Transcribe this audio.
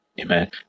Amen